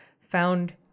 found